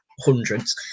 hundreds